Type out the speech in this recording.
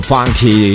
Funky